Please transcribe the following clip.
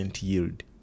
yield